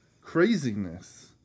craziness